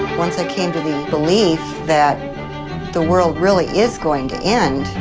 once i came to the belief that the world really is going to end,